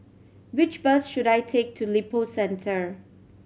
which bus should I take to Lippo Centre